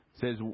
says